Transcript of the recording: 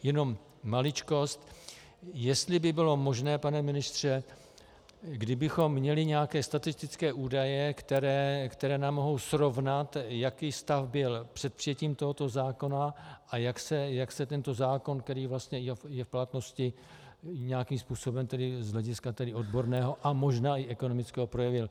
Jenom maličkost, jestli by bylo možné, pane ministře, kdybychom měli nějaké statistické údaje, které nám mohou srovnat, jaký stav byl před přijetím tohoto zákona a jak se tento zákon, který je v platnosti, nějakým způsobem z hlediska odborného a možná i ekonomického projevil.